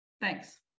Thanks